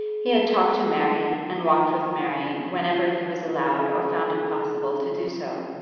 he had talked to mary and walked with mary whenever he was allowed or found it possible to do so.